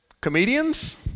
Comedians